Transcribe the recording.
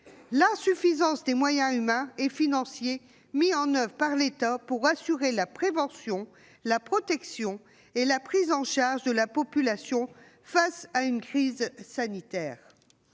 l'insuffisance des moyens humains et financiers mis en oeuvre par l'État pour assurer la prévention, la protection et la prise en charge de la population face à une crise sanitaire.